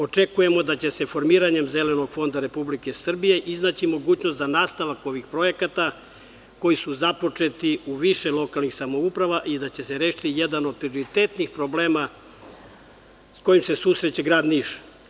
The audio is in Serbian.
Očekujemo da će se formiranjem zelenog fonda Republike Srbije, iznaći mogućnost za nastavak ovih projekata koji su započeti u više lokalnih samouprava i da će se rešiti jedan od prioritetnih problema s kojim se susreće grad Niš.